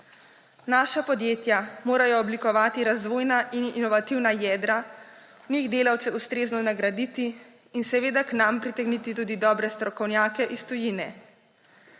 Naša podjetja morajo oblikovati razvojna in inovativna jedra, v njih delavce ustrezno nagraditi in seveda k nam pritegniti tudi dobre strokovnjake iz tujine.